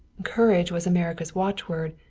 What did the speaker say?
courage was america's watchword,